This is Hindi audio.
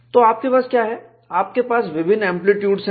तो आपके पास क्या है आपके पास विभिन्न एंप्लीट्यूडस हैं